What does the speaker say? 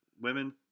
Women